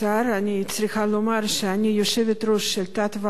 אני צריכה לומר שאני יושבת-ראש של תת-ועדה של הוועדה